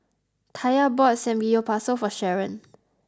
Taya bought Samgeyopsal for Sharon